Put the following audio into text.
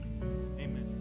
Amen